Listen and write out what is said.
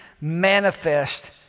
manifest